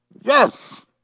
Yes